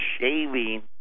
shaving